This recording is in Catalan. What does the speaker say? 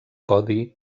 codi